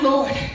Lord